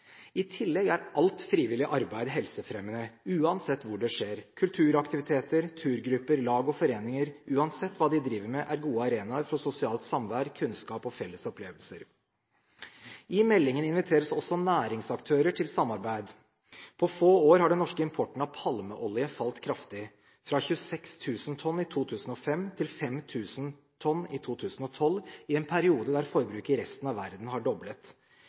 I tillegg er alt frivillig arbeid helsefremmende, uansett hvor det skjer. Kulturaktiviteter, turgrupper, lag og foreninger er – uansett hva de driver med – gode arenaer for sosialt samvær, kunnskap og felles opplevelser. I meldingen inviteres også næringsaktører til samarbeid. På få år har den norske importen av palmeolje falt kraftig: fra 26 000 tonn i 2005 til 5 000 tonn i 2012 – i en periode der forbruket i resten av verden er doblet.